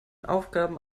aufgaben